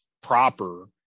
proper